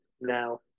now